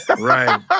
Right